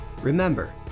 Remember